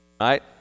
right